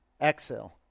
exhale